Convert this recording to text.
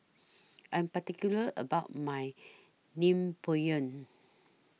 I Am particular about My Naengmyeon